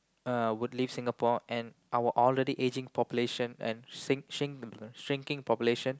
uh would leave Singapore and our already aging population and shrink~ shrinking population